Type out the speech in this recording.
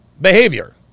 behavior